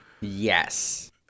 Yes